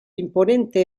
imponente